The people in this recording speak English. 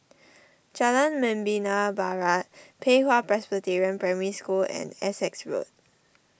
Jalan Membina Barat Pei Hwa Presbyterian Primary School and Essex Road